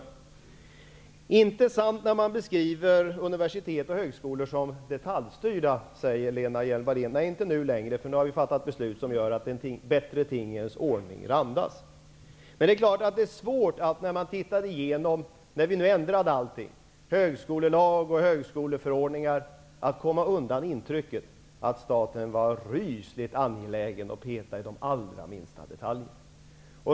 Det är inte sant, säger Lena Hjelm-Wallén, att universitet och högskolor, såsom dessa beskrivs, är detaljstyrda. Nej, inte nu längre, för nu har vi fattat beslut som gör att en bättre tingens ordning randas. Allting har ju ändrats -- högskolelag och högskoleförordningar. Då är det svårt att komma undan intrycket att staten varit rysligt angelägen om att få peta in i minsta detalj.